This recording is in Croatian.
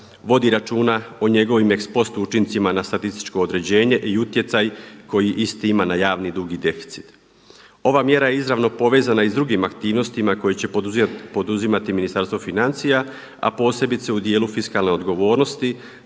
vodi računa o njegovim post učincima na statističko određenje i utjecaj koji isti ima na javni dug i deficit. Ova mjera je izravno povezana i s drugim aktivnostima koje će poduzimati Ministarstvo financija, a posebice u dijelu fiskalne odgovornosti,